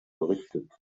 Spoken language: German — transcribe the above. berichtet